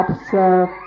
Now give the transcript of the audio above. observe